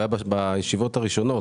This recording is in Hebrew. הוא היה בישיבות הראשונות.